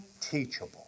teachable